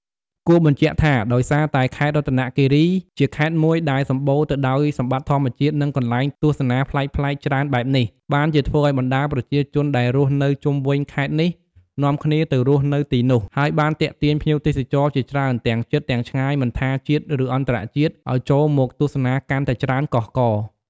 គួរបញ្ជាក់ថា ដោយសារតែខេត្តរតនគិរីនេះជាខេត្តមួយដែលសម្បូរទៅដោយសម្បត្តិធម្មជាតិនិងកន្លែងទស្សនាប្លែកៗច្រើនបែបនេះ បានជាធ្វើឲ្យបណ្តាប្រជាជនដែលរស់នៅជុំវិញខេត្តនេះនាំគ្នាទៅរស់នៅទីនោះ ហើយបានទាក់ទាញភ្ញៀវទេសចរជាច្រើនទាំងជិតទាំងឆ្ងាយមិនថា ជាតិ ឬអន្តរជាតិ ឱ្យចូលមកទស្សនាកាន់តែច្រើនកុះករ។